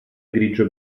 grigio